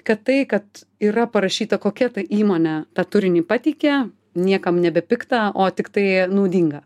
kad tai kad yra parašyta kokia ta įmonė tą turinį pateikė niekam nebepikta o tiktai naudinga